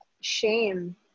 shame